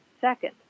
Second